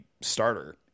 starter